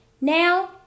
now